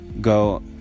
go